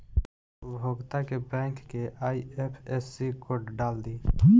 उपभोगता के बैंक के आइ.एफ.एस.सी कोड डाल दी